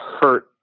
hurt